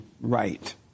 right